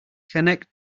connect